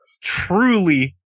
truly